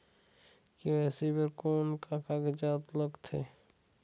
KYC बर कौन का कागजात लगथे?